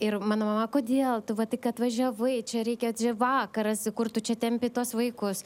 ir mano mama kodėl tu va tik atvažiavai čia reikia čia vakaras kur tu čia tempi tuos vaikus